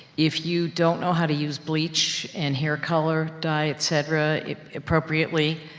if you don't know how to use bleach, and hair color dye et cetera appropriately,